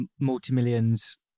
multi-millions